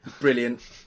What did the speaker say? Brilliant